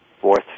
fourth